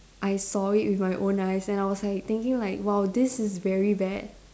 I saw it with my own eyes and I was like thinking like !wow! this is very bad